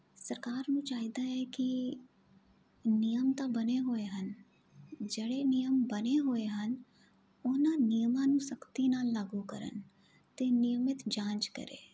ਸਰਕਾਰ ਨੂੰ ਚਾਹੀਦਾ ਹੈ ਕਿ ਨਿਯਮ ਤਾਂ ਬਣੇ ਹੋਏ ਹਨ ਜਿਹੜੇ ਨਿਯਮ ਬਣੇ ਹੋਏ ਹਨ ਉਹਨਾਂ ਨਿਯਮਾਂ ਨੂੰ ਸਖਤੀ ਨਾਲ ਲਾਗੂ ਕਰਨ ਅਤੇ ਨਿਯਮਿਤ ਜਾਂਚ ਕਰੇ